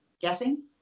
guessing